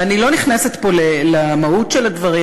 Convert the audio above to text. ואני לא נכנסת פה למהות של הדברים.